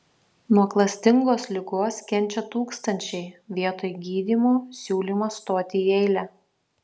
nuo klastingos ligos kenčia tūkstančiai vietoj gydymo siūlymas stoti į eilę